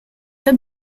the